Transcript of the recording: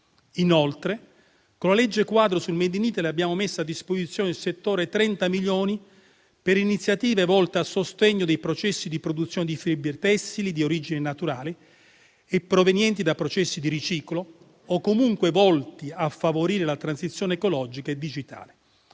Inoltre, con la legge quadro sul *made in Italy,* abbiamo messo a disposizione del settore 30 milioni per iniziative volte a sostegno dei processi di produzione di fibre tessili di origine naturale e provenienti da processi di riciclo o comunque volti a favorire la transizione ecologica e digitale.